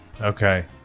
Okay